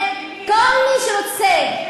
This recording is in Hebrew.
נגד כל מי שרוצה,